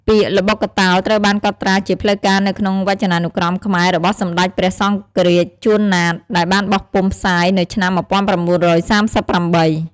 ពាក្យ ល្បុក្កតោ ត្រូវបានកត់ត្រាជាផ្លូវការនៅក្នុងវចនានុក្រមខ្មែររបស់សម្ដេចព្រះសង្ឃរាជ ជួន ណាត ដែលបានបោះពុម្ពផ្សាយនៅឆ្នាំ១៩៣៨។